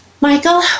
Michael